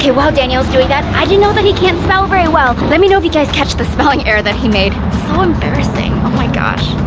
while daniel's doing that, i didn't know that he can't spell very well. let me know if you guys catch the spelling error that he made. so embarrassing. oh my gosh.